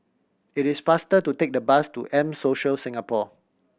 it is faster to take the bus to M Social Singapore